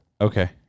Okay